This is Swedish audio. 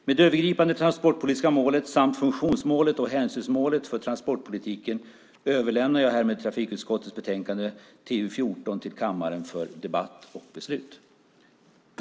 Med detta övergripande transportpolitiska mål samt funktionsmålet och hänsynsmålet för transportpolitiken överlämnar jag härmed trafikutskottets betänkande TU14 till kammaren för debatt och beslut.